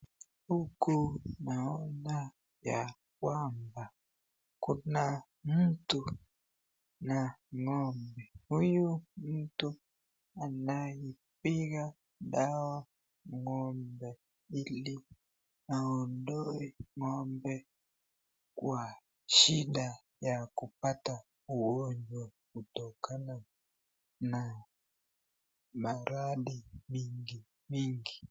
Huku naona ya kwamba kuna mtu na ng'ombe. Huyu mtu anayepiga dawa ng'ombe ili aondoe ng'ombe kwa shida ya kupata ugonjwa kutokana na maradhi mingi mingi.